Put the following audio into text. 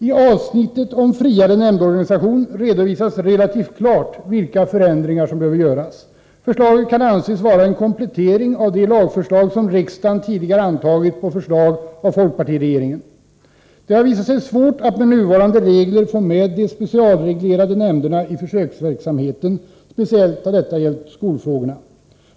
I avsnittet om friare nämndorganisation redovisas relativt klart vilka förändringar som behöver göras. Förslaget kan anses vara en komplettering av de lagändringar som riksdagen tidigare beslutat om på förslag av folkpartiregeringen. Det har visat sig svårt att med nuvarande bestämmelser få med de specialreglerade nämnderna i försöksverksamheten — särskilt har detta gällt skolfrågorna.